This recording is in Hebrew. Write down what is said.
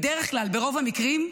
בדרך כלל, ברוב המקרים,